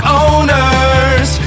owners